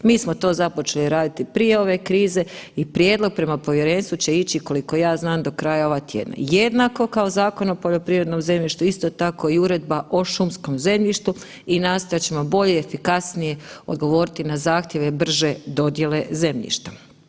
Mi smo to započeli raditi prije ove krize i prijedlog prema povjerenstvu će ići koliko ja znam do kraja ovog tjedna jednako kao Zakon o poljoprivrednom zemljištu isto tako i Uredba o šumskom zemljištu i nastojat ćemo bolje, efikasnije odgovoriti na zahtjeve brže dodjele zemljišta.